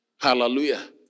hallelujah